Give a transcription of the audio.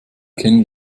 kennen